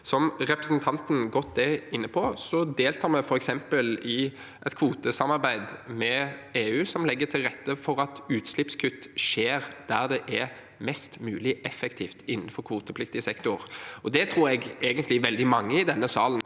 Som representanten er inne på, deltar vi f.eks. i et kvotesamarbeid med EU, som legger til rette for at utslippskutt skjer der det er mest mulig effektivt innenfor kvotepliktig sektor. Det tror jeg egentlig veldig mange i denne salen